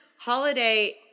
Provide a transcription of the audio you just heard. Holiday